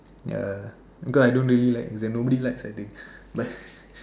ya because I don't really like like nobody likes I think